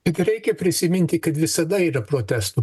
tik reikia prisiminti kad visada yra protestų